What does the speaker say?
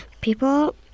People